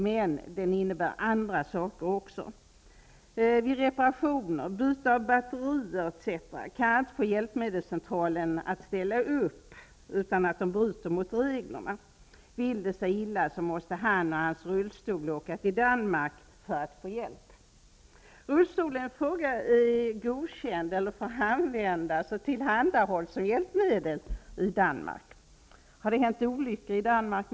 Det får dock även andra konsekvenser. Vid reparationer, byte av batterier etc. kan inte hjälpmedelscentralen ställa upp utan att bryta mot reglerna. Vill det sig illa måste han åka med sin rullstol till Danmark för at få hjälp. Rullstolen ifråga är godkänd eller får användas och tillhandahållas som hjälpmedel i Danmark. Har det hänt olyckor med den i Danmark?